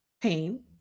pain